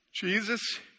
Jesus